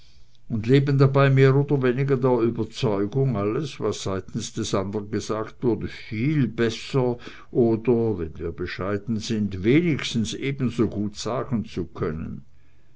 und leben dabei mehr oder weniger der überzeugung alles was seitens des anderen gesagt wurde viel besser oder wenn wir bescheiden sind wenigstens ebensogut sagen zu können